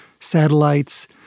Satellites